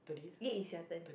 it is your turn